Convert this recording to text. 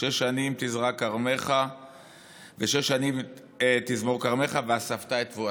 שש שנים תזרע שדך ושש שנים תזמֹר כרמך ואספת את תבואתה."